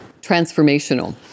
transformational